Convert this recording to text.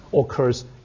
occurs